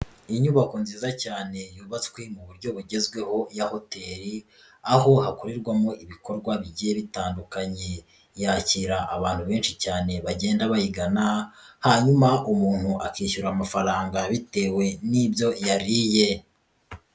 Inyubako nziza cyane yubatswe mu buryo bugezweho ya hoteli, aho hakorerwamo ibikorwa bigiye bitandukanye, yakira abantu benshi cyane bagenda bayigana hanyuma umuntu akishyura amafaranga bitewe n'ibyo yariye.